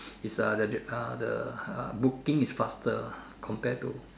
is uh the uh the uh booking is faster ah compared to